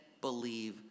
believe